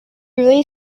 really